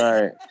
Right